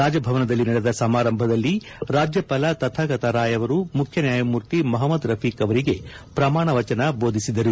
ರಾಜಭವನದಲ್ಲಿ ನಡೆದ ಸಮಾರಂಭದಲ್ಲಿ ರಾಜ್ಯಪಾಲ ತಥಾಗತಾ ರಾಯ್ ಅವರು ಮುಖ್ಯನ್ವಾಯಮೂರ್ತಿ ಮಹಮ್ನದ್ ರಫೀಕ್ ಅವರಿಗೆ ಪ್ರಮಾಣ ವಚನ ಬೋಧಿಸಿದರು